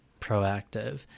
proactive